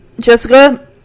Jessica